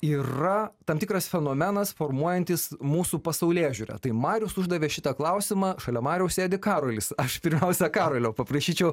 yra tam tikras fenomenas formuojantis mūsų pasaulėžiūrą tai marius uždavė šitą klausimą šalia mariaus sėdi karolis aš pirmiausia karolio paprašyčiau